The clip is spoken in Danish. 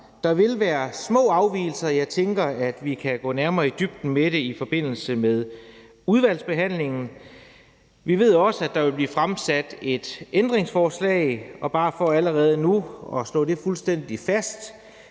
Der vil være små afvigelser, og jeg tænker, vi kan gå mere i dybden med det i forbindelse med udvalgsbehandlingen. Vi ved også, at der vil blive fremsat et ændringsforslag, og jeg vil bare slå fuldstændig fast,